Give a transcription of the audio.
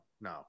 No